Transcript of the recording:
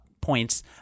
points